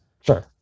Sure